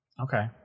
Okay